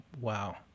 Wow